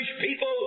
people